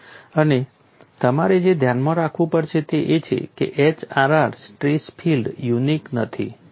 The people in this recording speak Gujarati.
અને તમારે જે ધ્યાનમાં રાખવું પડશે તે એ છે કે HRR સ્ટ્રેસ ફિલ્ડ યુનીક નથી